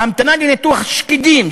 ההמתנה לניתוח שקדים,